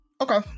Okay